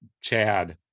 chad